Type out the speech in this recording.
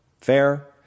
Fair